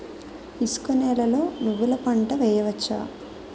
ఇసుక నేలలో నువ్వుల పంట వేయవచ్చా?